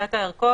רכישת הערכות.